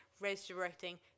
resurrecting